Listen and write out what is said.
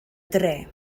dre